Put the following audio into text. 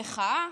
המחאה,